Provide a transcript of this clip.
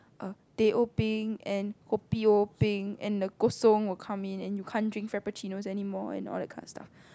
err teh O peng and kopi O peng and the Kosongs will come in and you can't drink Frappuccinos anymore and all that kinds of stuff